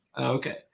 Okay